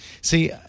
See